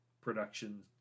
production